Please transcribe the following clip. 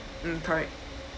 mm correct